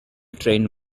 trained